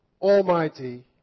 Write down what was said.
Almighty